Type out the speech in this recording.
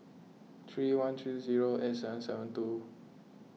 three one three zero eight seven seven two